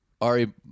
Ari